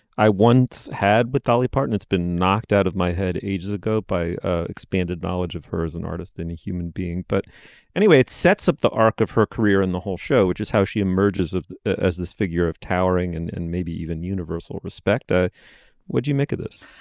i once had with dolly parton it's been knocked out of my head ages ago by expanded knowledge of her as an artist and a human being. but anyway it sets up the arc of her career in the whole show which is how she emerges as this figure of towering and and maybe even universal respect ah what do you make of this.